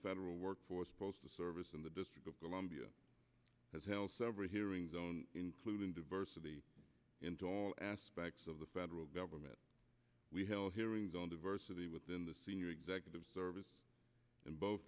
federal work force postal service in the district of columbia has held several hearings on including diversity into all aspects of the federal government held hearings on diversity within the senior executive service in both